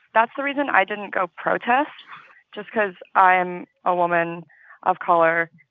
that's the reason i didn't go protest just because i am a woman of color.